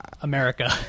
America